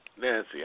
Nancy